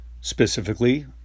specifically